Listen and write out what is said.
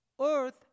Earth